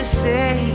say